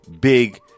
big